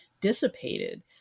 dissipated